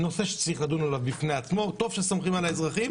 זה נושא שצריכים לדון עליו בפני עצמו - טוב שסומכים על האזרחים,